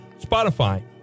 Spotify